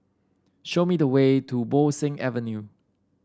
show me the way to Bo Seng Avenue